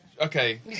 Okay